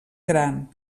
gran